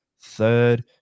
third